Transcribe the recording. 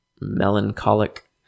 melancholic